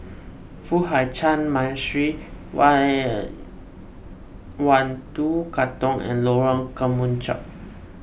Foo Hai Ch'an Monastery one one two Katong and Lorong Kemunchup